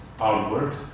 outward